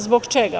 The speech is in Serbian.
Zbog čega?